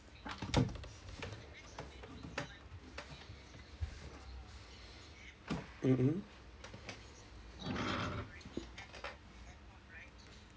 mmhmm